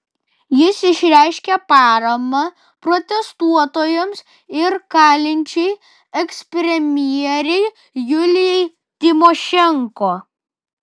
jis išreiškė paramą protestuotojams ir kalinčiai ekspremjerei julijai tymošenko